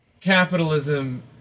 Capitalism